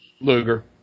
Luger